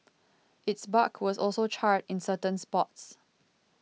its bark was also charred in certain spots